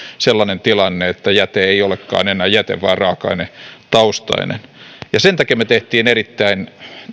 sellainen tilanne että jäte ei olekaan enää jäte vaan raaka ainetaustainen ja sen takia me teimme jopa erittäin